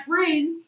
friends